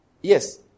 Yes